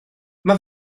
mae